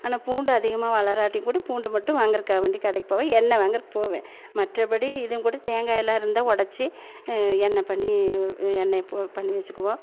ஆனால் பூண்டு அதிகமாக வளராட்டி கூட பூண்டு மட்டும் வாங்கறக்காக வேண்டி கடைக்கு போவேன் எண்ணெய் வாங்கறக்கு போவேன் மற்றபடி இதுவும் கூட தேங்காயெல்லாம் இருந்தா உடச்சி எண்ணெய் பண்ணி எண்ணெயை போ பண்ணி வச்சுக்குவோம்